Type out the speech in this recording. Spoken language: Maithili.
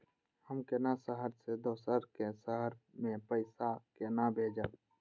हम केना शहर से दोसर के शहर मैं पैसा केना भेजव?